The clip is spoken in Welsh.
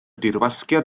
dirwasgiad